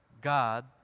God